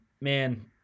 man